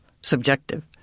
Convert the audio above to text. subjective